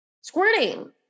squirting